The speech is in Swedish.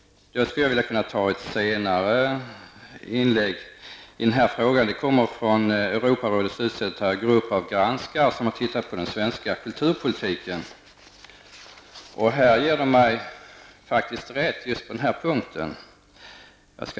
Jag skulle kunna återge ett senare uttalande i den här frågan från Europarådets grupp som har granskat den svenska kulturpolitiken. Där ger man mig faktiskt rätt på den här punkten.